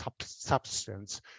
substance